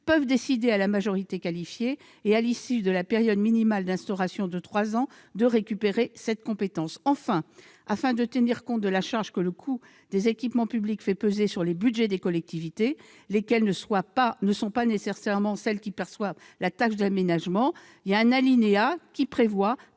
peuvent décider à la majorité qualifiée et à l'issue de la période minimale d'instauration de trois ans de récupérer cette compétence. Enfin, afin de tenir compte de la charge que le coût des équipements publics fait peser sur les budgets des collectivités, lesquelles ne sont pas nécessairement celles qui perçoivent la taxe d'aménagement, il y a un alinéa qui prévoit